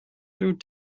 through